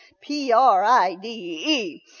P-R-I-D-E